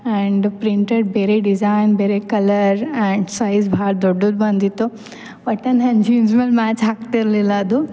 and printed ಬೇರೆ design ಬೇರೆ colour and size ಭಾಳ ದೊಡ್ಡದು ಬಂದಿತ್ತು ಒಟ್ಟಾ ನನ್ನ ಜೀನ್ಸ್ ಮ್ಯಾಲೆ ಮ್ಯಾಚ್ ಆಗ್ತಿರಲಿಲ್ಲ ಅದು